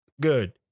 good